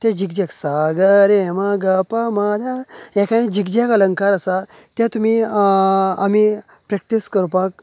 ते झीक झॅक सा ग रे म ग प म ध ह्ये काय झीक झॅक अलंकार आसा ते तुमी आमी प्रॅक्टीस करपाक